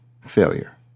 failure